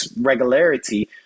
regularity